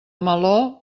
meló